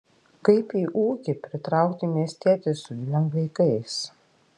kaip į ūkį pritraukti miestietį su dviem vaikais